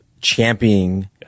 championing